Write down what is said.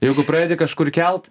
jeigu pradedi kažkur kelt